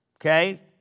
Okay